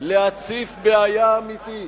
להציף בעיה אמיתית,